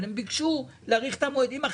אבל הם ביקשו להאריך את המועדים.